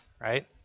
right